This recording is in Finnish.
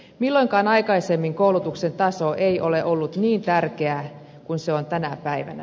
milloinkaan aikaisemmin koulutuksen taso ei ole ollut niin tärkeää kuin se on tänä päivänä